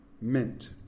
mint